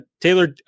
Taylor